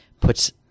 puts